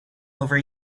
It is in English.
over